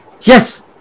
Yes